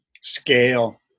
scale